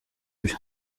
ibyo